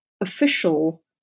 official